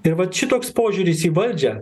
ir vat šitoks požiūris į valdžią